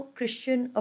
Christian